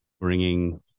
bringing